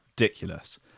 Ridiculous